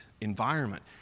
environment